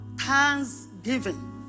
thanksgiving